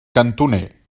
cantoner